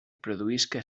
produïsca